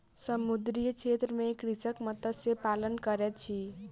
समुद्रीय क्षेत्र में कृषक मत्स्य पालन करैत अछि